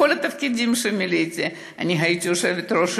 בכל התפקידים שמילאתי: הייתי יושבת-ראש